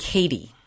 Katie